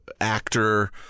Actor